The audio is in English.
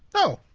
oh.